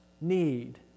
need